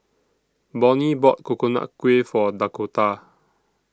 Bonnie bought Coconut Kuih For Dakotah